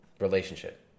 relationship